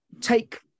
take